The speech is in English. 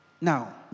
Now